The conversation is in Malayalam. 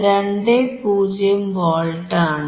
20 വോൾട്ട് ആണ്